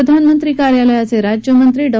प्रधानमंत्री कार्यालयाचे राज्यमंत्री डॉ